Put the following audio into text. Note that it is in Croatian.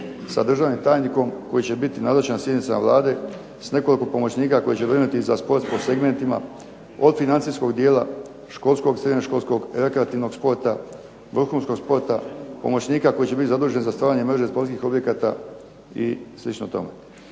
sa državnim tajnikom koji će biti nazočan sjednicama Vlade s nekoliko pomoćnika koji će brinuti za sport po segmentima, od financijskog dijela, školskog, srednjoškolskog, rekreativnog sporta, vrhunskog sporta, pomoćnika koji će biti zaduženi za stvaranje mreže sportskih objekata i slično